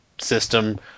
system